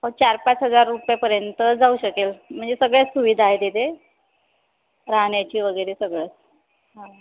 हो चारपाच हजार रुपयेपर्यंत जाऊ शकेल म्हणजे सगळ्याच सुविधा आहे तिथे राहण्याची वगैरे सगळंच हां